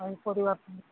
ଆମ ପରିବାର